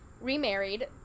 remarried